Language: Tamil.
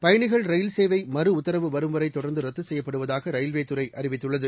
பயணிகள் ரயில் சேவை மறு உத்தரவு வரும்வரை தொடர்ந்து ரத்து செய்யப்படுவதாக ரயில்வே துறை அறிவித்துள்ளது